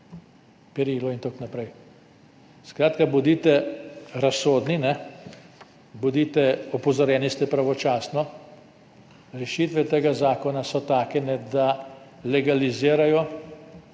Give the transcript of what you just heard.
Perilo in tako naprej. Skratka, bodite razsodni, opozorjeni ste pravočasno. Rešitve tega zakona so take, da legalizirajo